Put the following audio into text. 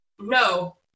no